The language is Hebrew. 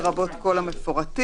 לרבות כל המפורטים.